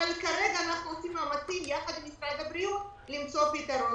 אבל כרגע אנחנו עושים מאמצים יחד עם משרד הבריאות למצוא פתרון.